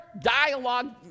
dialogue